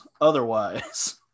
otherwise